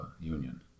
union